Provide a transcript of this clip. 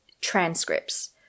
transcripts